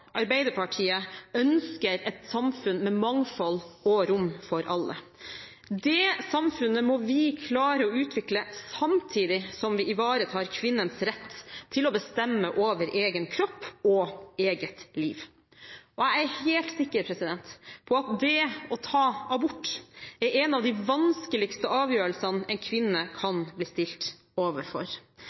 Arbeiderpartiet ønsker et samfunn med mangfold og rom for alle. Det samfunnet må vi klare å utvikle samtidig som vi ivaretar kvinnens rett til å bestemme over egen kropp og eget liv. Jeg er helt sikker på at det å ta abort er en av de vanskeligste avgjørelsene en kvinne kan bli stilt overfor.